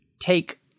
take